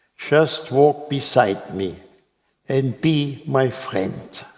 just walk beside me and be my friend.